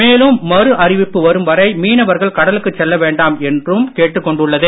மேலும் மறு அறிவிப்பு வரும் வரை மீனவர்கள் கடலுக்கு செல்ல வேண்டாம் என்றும் மேலும் கேட்டுக் கொண்டுள்ளது